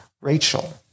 Rachel